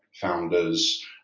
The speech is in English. founders